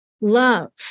love